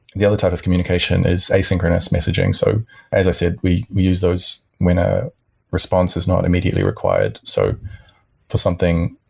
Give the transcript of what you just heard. the other type of communication is asynchronous messaging. so as i said, we use those when a response is not immediately required. so for something,